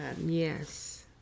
Yes